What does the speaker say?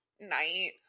night